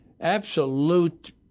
absolute